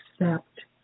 accept